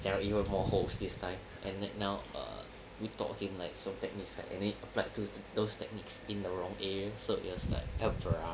there are even more holes this time and then now err we taught him like some techniques right and then he applied those techniques in the wrong way so it was like help bruh